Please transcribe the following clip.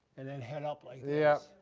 and then head up like yeah